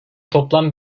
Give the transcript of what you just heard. toplam